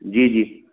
जी जी